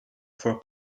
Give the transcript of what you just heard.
for